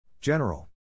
General